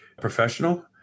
professional